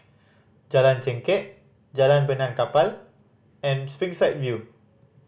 Jalan Chengkek Jalan Benaan Kapal and Springside View